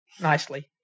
nicely